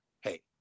hey